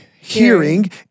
hearing